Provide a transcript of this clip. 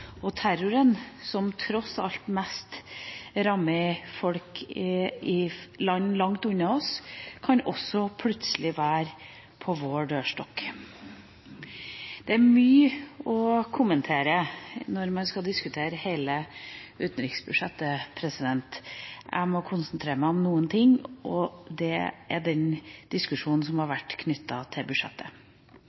Terroren, som tross alt mest rammer folk i land langt unna oss, kan også plutselig være på vår dørstokk. Det er mye å kommentere når man skal diskutere hele utenriksbudsjettet. Jeg må konsentrere meg om noen ting, og det er den diskusjonen som har vært knyttet til budsjettet.